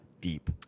deep